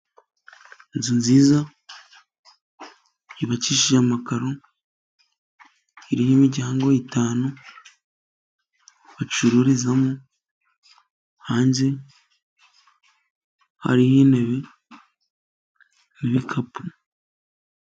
Inzu nziza yubakishije amakaro iriho imiryango itanu bacururizamo hanze hari intebe n'ibikapu.